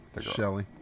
Shelly